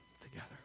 together